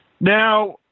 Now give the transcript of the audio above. Now